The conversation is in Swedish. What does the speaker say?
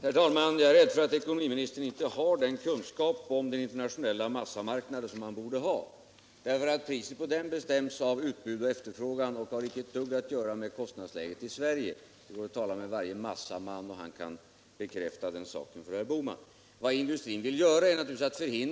Enligt uppgifter som framkommit den senaste tiden har prostitutionen bland barn och ungdom blivit allt vanligare. Mycket tyder på att det är sociala faktorer som ligger bakom denna utveckling. För de berörda ungdomarna skapar prostitutionen en ännu svårare social situation i framtiden och kan medföra allvarliga problem.